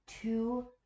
Two